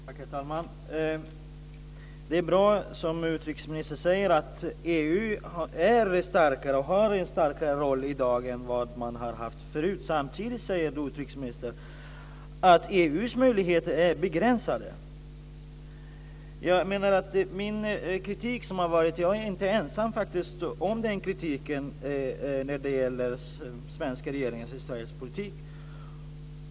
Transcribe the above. Herr talman! Det är bra, som utrikesministern säger, att EU är starkare och har en starkare roll i dag än vad man har haft förut. Samtidigt säger utrikesministern att EU:s möjligheter är begränsade. Jag är faktiskt inte ensam om kritiken när det gäller Sveriges politik.